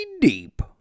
deep